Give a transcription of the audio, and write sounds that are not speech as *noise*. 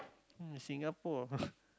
mm Singapore *laughs*